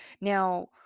Now